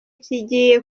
kigiye